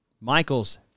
Michael's